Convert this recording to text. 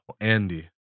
Andy